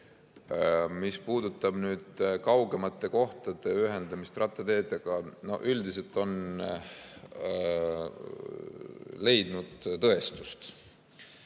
Mis puudutab nüüd kaugemate kohtade ühendamist rattateedega, siis üldiselt on leidnud tõestust,